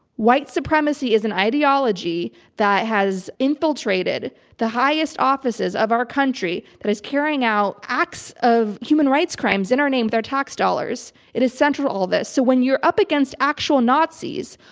white supremacy is an ideology that has infiltrated the highest offices of our country, that is carrying out acts of human rights crimes in our name with our tax dollars. it is central to all this. so when you're up against actual nazis,